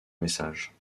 message